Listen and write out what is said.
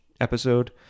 episode